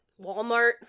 Walmart